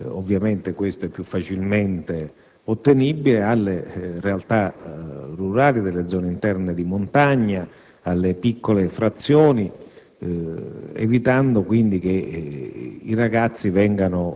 nei luoghi dove ovviamente questo è più facilmente ottenibile, alle realtà rurali delle zone interne di montagna, alle piccole frazioni, evitando quindi che